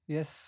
Yes